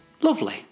Lovely